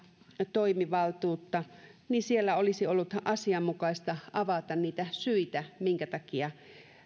toimivaltuutta siellä olisi ollut asianmukaista avata niitä syitä minkä takia